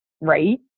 Right